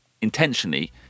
intentionally